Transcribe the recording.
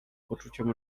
poczuciem